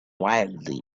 wildly